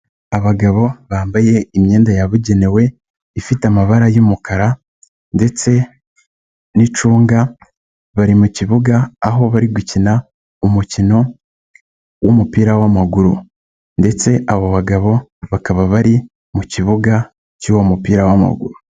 Abagabo bambaye imyenda yabugenewe ifite amabara y'umukara ndetse n'icunga bari mu kibuga aho bari gukina umukino w'umupira w'amaguru, ndetse abo bagabo bakaba bari mu kibuga cy'uwo mupira w'amaguru.